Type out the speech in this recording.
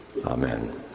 Amen